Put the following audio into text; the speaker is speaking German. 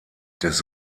des